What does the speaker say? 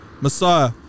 Messiah